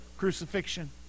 crucifixion